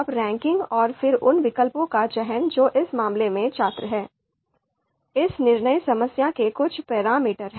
अब रैंकिंग और फिर उन विकल्पों का चयन जो इस मामले में छात्र हैं इस निर्णय समस्या के कुछ पैरामीटर हैं